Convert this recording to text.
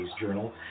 Journal